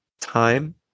time